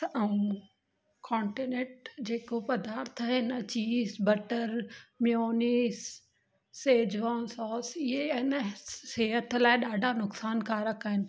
ऐं कॉन्टिनेट जेको पदार्थ आहिनि cheese butter mayonnaise schezwan sauce इहे आहिनि न सिहत लाइ ॾाढा नुक़सानु कारक आहिनि